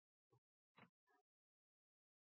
Takk